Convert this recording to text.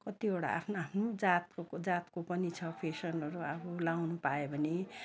कतिवटा आफ्नो आफ्नो जातको जातको पनि फेसनहरू अब लगाउनु पायो भने